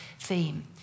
theme